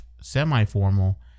semi-formal